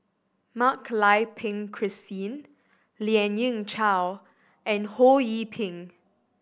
Mak Lai Peng Christine Lien Ying Chow and Ho Yee Ping